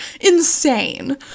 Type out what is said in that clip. insane